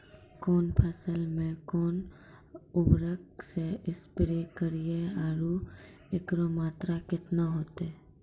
कौन फसल मे कोन उर्वरक से स्प्रे करिये आरु एकरो मात्रा कत्ते होते?